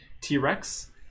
T-Rex